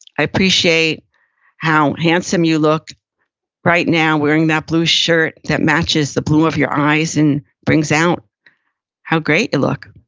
i appreciate how handsome you look right now, wearing that blue shirt that matches the blue of your eyes and brings out how great you look.